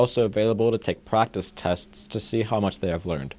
take practice tests to see how much they have learned